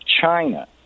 China